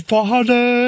Father